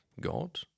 God